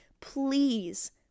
please